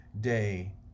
day